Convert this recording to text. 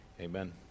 Amen